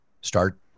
Start